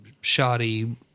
shoddy